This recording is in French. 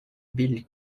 bill